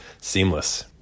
seamless